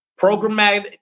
Programmatic